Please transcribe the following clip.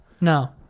No